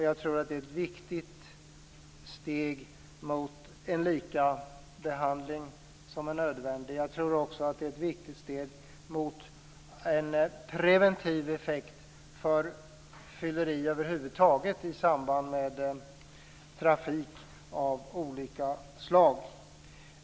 Jag tror att det är ett viktigt steg mot en lika behandling som är nödvändig och ett viktigt steg mot en preventiv effekt för fylleri över huvud taget i samband med trafik av olika slag.